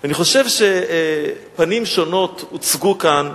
אני חושב שפנים שונות הוצגו כאן,